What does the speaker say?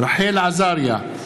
רחל עזריה,